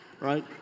right